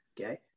okay